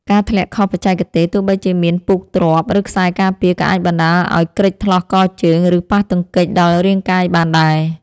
ការធ្លាក់ខុសបច្ចេកទេស ទោះបីជាមានពូកទ្រាប់ ឬខ្សែការពារ ក៏អាចបណ្ដាលឱ្យគ្រេចថ្លោះកជើង ឬប៉ះទង្គិចដល់រាងកាយបានដែរ។